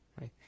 right